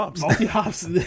Multi-hops